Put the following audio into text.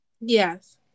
Yes